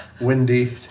windy